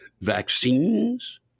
Vaccines